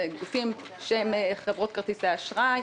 זה גופים כמו חברות כרטיסי אשראי,